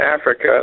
africa